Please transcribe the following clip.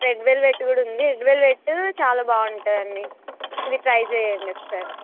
red velvet కూడా ఉంది red velvet చాలా బాగుంటుంది ఇది ట్రై చేయండి ఒకసారి